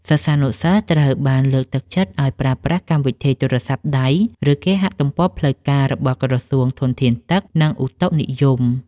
សិស្សានុសិស្សត្រូវបានលើកទឹកចិត្តឱ្យប្រើប្រាស់កម្មវិធីទូរស័ព្ទដៃ ឬគេហទំព័រផ្លូវការរបស់ក្រសួងធនធានទឹក និងឧតុនិយម។